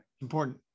important